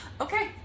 okay